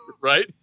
Right